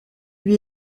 lui